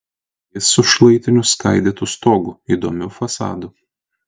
jis su šlaitiniu skaidytu stogu įdomiu fasadu